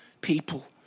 people